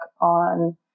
on